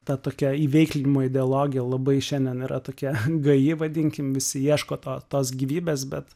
ta tokia įveiklinimo ideologija labai šiandien yra tokia gaji vadinkim visi ieško tos gyvybės bet